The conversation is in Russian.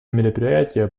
мероприятие